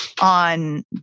on